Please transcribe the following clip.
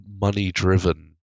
money-driven